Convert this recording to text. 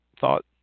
thought